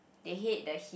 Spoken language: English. they hate the heat